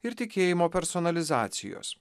ir tikėjimo personalizacijos